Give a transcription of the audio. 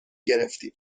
گرفتیم